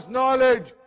knowledge